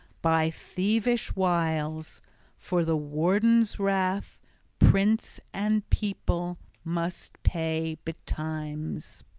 by thievish wiles for the warden's wrath prince and people must pay betimes!